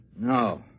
No